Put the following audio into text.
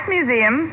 Museum